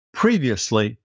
Previously